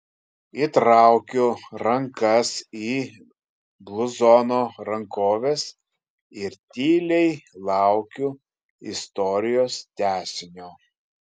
įtraukiu rankas į bluzono rankoves ir tyliai laukiu istorijos tęsinio